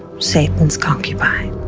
satan's concubine.